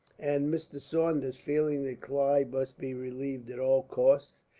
and mr. saunders, feeling that clive must be relieved at all cost,